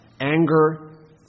anger